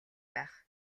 байх